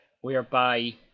whereby